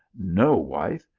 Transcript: no, wife!